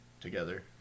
together